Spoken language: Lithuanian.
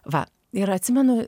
va ir atsimenu